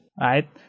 right